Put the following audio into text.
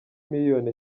miliyoni